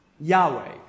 Yahweh